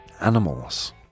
Animals